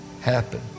happen